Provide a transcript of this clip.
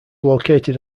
located